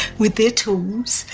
with their tools